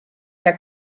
herr